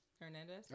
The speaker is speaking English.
Hernandez